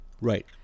right